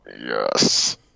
Yes